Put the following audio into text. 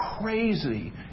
crazy